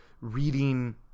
reading